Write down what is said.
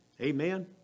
Amen